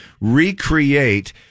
recreate